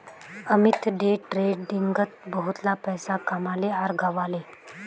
Amit day ट्रेडिंगत बहुतला पैसा कमाले आर गंवाले